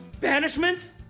Banishment